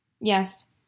Yes